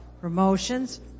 promotions